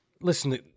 Listen